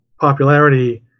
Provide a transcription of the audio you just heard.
popularity